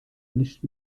nicht